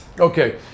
Okay